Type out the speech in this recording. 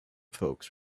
folks